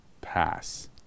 pass